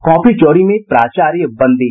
copy चोरी में प्राचार्य बंदी